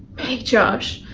hey josh,